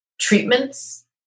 treatments